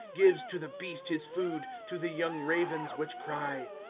gives to the beast his food, to the young ravens which cry.